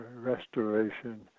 restoration